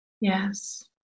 yes